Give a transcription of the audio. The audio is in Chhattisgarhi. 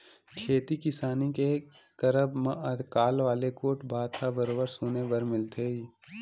खेती किसानी के करब म अकाल वाले गोठ बात ह बरोबर सुने बर मिलथे ही